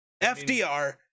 FDR